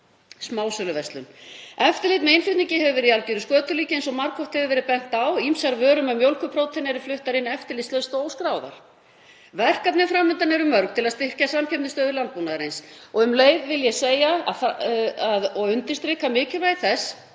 smásöluverslun. Eftirlit með innflutningi hefur verið í algeru skötulíki, eins og margoft hefur verið bent á. Ýmsar vörur með mjólkurpróteini eru fluttar inn eftirlitslaust og óskráðar. Verkefnin fram undan eru mörg til að styrkja samkeppnisstöðu landbúnaðarins. Um leið vil ég nefna og undirstrika mikilvægi þess